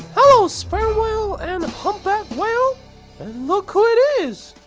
hello! sperm whale and humpback whale! and look who it is!